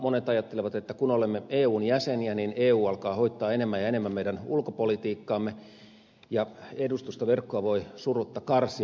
monet ajattelevat että kun olemme eun jäseniä niin eu alkaa hoitaa enemmän ja enemmän meidän ulkopolitiikkaamme ja edustustoverkkoa voi surutta karsia